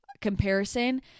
comparison